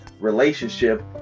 relationship